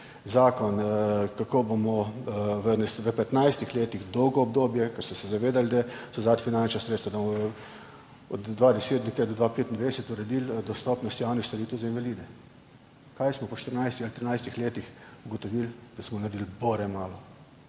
zakon, kako bomo v 15 letih, dolgo obdobje, ker so se zavedali, da so zadaj finančna sredstva, da bomo od 2010 do 2025 uredili dostopnost javnih storitev za invalide. Kaj smo po 14 ali 13 letih ugotovili? Da smo naredili bore malo.